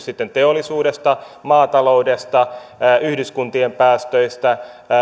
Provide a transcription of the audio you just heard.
sitten teollisuudesta maataloudesta yhdyskuntien päästöistä